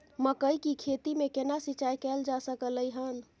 मकई की खेती में केना सिंचाई कैल जा सकलय हन?